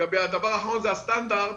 הדבר האחרון זה הסטנדרט,